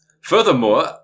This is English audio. Furthermore